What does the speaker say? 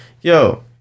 yo